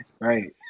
Right